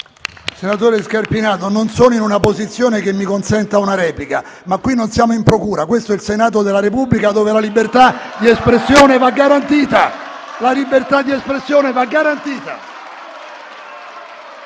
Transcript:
Senatore Scarpinato, non sono in una posizione che mi consente una replica, ma qui non siamo in procura: questo è il Senato della Repubblica, dove la libertà di espressione va garantita.